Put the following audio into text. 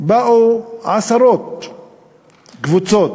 באו עשרות קבוצות,